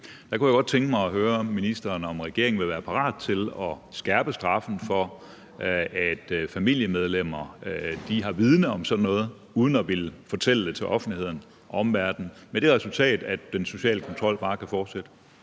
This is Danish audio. Jeg kunne godt tænke mig at høre ministeren, om regeringen vil være parat til at skærpe straffen for, at familiemedlemmer har viden om sådan noget uden at ville fortælle det til offentligheden og omverden med det resultat, at den sociale kontrol bare kan fortsætte.